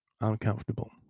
uncomfortable